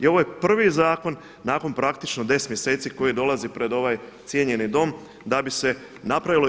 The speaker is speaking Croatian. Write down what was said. I ovo je prvi zakon nakon praktično 10 mjeseci koji dolazi pred ovaj cijenjeni dom da bi se napravilo.